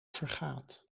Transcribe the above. vergaat